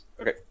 Okay